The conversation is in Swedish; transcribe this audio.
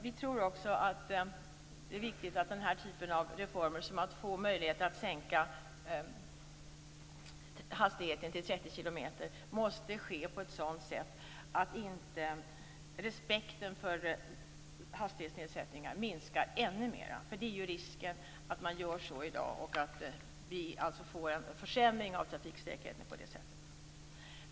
Vi tror också att det är viktigt att den här typen av reformer, som att få möjlighet att sänka hastigheten till 30 km, sker på ett sådant sätt att inte respekten för hastighetsnedsättningar minskar ännu mer. Risken finns att man gör så i dag och att vi alltså får en försämring av trafiksäkerheten på det sättet.